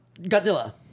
Godzilla